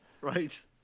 Right